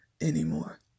anymore